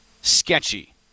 sketchy